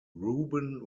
ruben